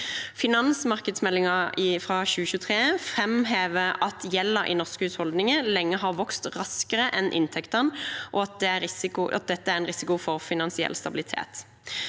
Finansmarkedsmeldingen fra 2023 framhever at gjelden i norske husholdninger lenge har vokst raskere enn inntektene, og at dette er en risiko for finansiell stabilitet.